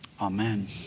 Amen